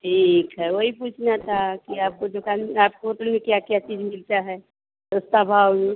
ठीक है वही पूछना था कि आपको दुकान आपके होटल में क्या क्या चीज मिलता है तो तब हम